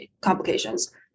complications